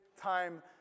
time